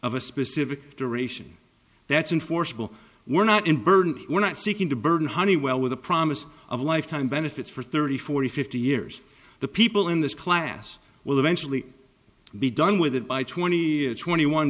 of a specific duration that's in forcible we're not in burden we're not seeking to burden honeywell with the promise of lifetime benefits for thirty forty fifty years the people in this class will eventually be done with it by twenty twenty one